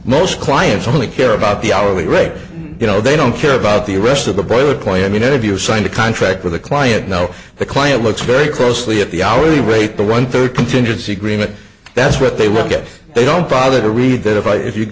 most clients only care about the hourly rate you know they don't care about the rest of the boiling point and you know if you signed a contract with a client know the client looks very closely at the hourly rate the one third contingency agreement that's what they will get if they don't bother to read that if i if you